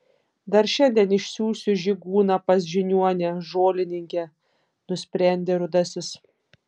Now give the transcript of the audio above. dar šiandien išsiųsiu žygūną pas žiniuonę žolininkę nusprendė rudasis